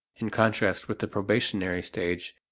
in contrast with the probationary stage,